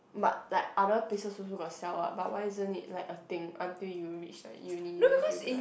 but like other places also got sell what but why isn't it a thing until you reach like uni then it'll be like